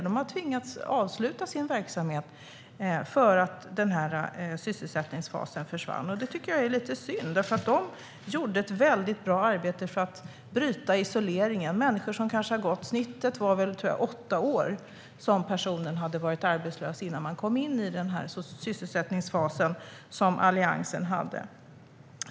De har tvingats avsluta sin verksamhet för att sysselsättningsfasen försvann, och det tycker jag är lite synd. De gjorde ett väldigt bra arbete för att bryta isoleringen. Jag tror att snittet var ungefär åtta år för hur länge man hade varit arbetslös innan man kom in i den sysselsättningsfas Alliansen hade.